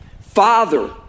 Father